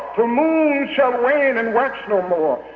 till moon shall wane and wax no more.